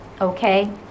Okay